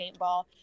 paintball